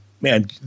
man